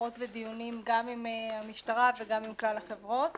שיחות ודיונים עם המשטרה ועם כלל החברות